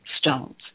stones